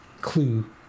clue